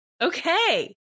Okay